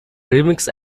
remix